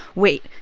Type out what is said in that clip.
wait.